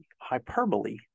hyperbole